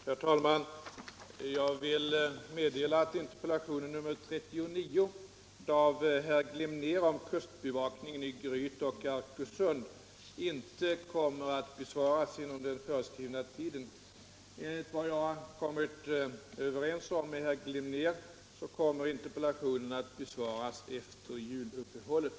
Herr talman! Jag vill meddela att interpellationen 1976/77:39 av herr Glimnér om kustbevakningen i Gryt och Arkösund inte kommer att besvaras inom den föreskrivna tiden. Enligt vad jag kommit överens om med herr Glimnér kommer interpellationen att besvaras efter juluppehållet.